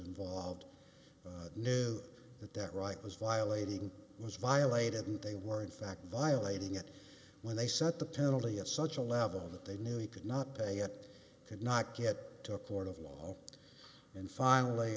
involved knew that that right was violating was violated and they were in fact violating it when they set the penalty at such a level that they knew he could not pay it could not get to a court of law and finally